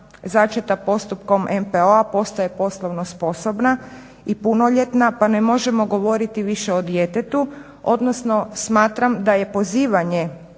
začeta postupkom MPO-a postaje poslovno sposobna i punoljetna, pa ne možemo govoriti više o djetetu, odnosno smatram da je pozivanje